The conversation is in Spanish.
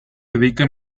dedica